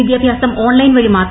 വിദ്യാഭ്യാസം ഓൺലൈൻ വഴി മാത്